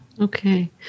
Okay